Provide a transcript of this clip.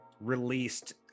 released